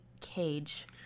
cage